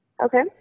Okay